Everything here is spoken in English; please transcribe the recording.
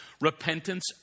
Repentance